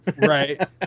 Right